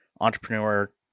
entrepreneur